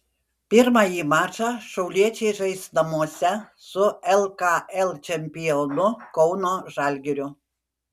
pirmąjį mačą šiauliečiai žais namuose su lkl čempionu kauno žalgiriu